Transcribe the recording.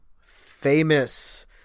famous